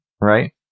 right